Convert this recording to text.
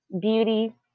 beauty